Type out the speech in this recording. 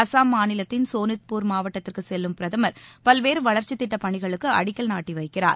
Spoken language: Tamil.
அசாம் மாநிலத்தின் சோனித்பூர் மாவட்டத்திற்கு செல்லும் பிரதமர் பல்வேறு வளர்ச்சி திட்டப்பணிகளுக்கு அடிக்கல் நாட்டி வைக்கிறார்